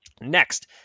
Next